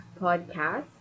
podcast